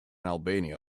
albania